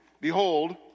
Behold